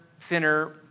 thinner